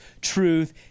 truth